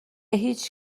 هیچ